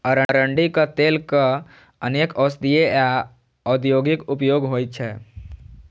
अरंडीक तेलक अनेक औषधीय आ औद्योगिक उपयोग होइ छै